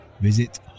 Visit